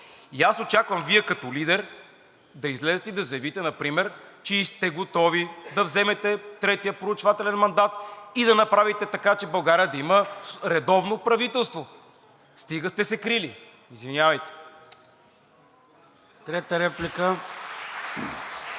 Очаквам Вие като лидер да излезете и да заявите например, че сте готови да вземете третия проучвателен мандат и да направите така, че България да има редовно правителство. Стига сте се крили. Извинявайте. (Ръкопляскания